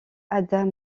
adam